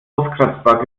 auskratzbar